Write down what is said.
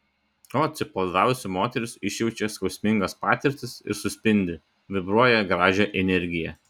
o atsipalaidavusi moteris išjaučia skausmingas patirtis ir suspindi vibruoja gražią energiją